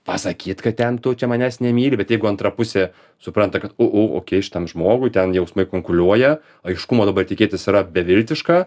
pasakyt kad ten tu čia manęs nemyli bet jeigu antra pusė supranta kad u u okei šitam žmogui ten jausmai kunkuliuoja aiškumo dabar tikėtis yra beviltiška